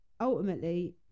Ultimately